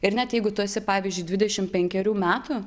ir net jeigu tu esi pavyzdžiui dvidešim penkerių metų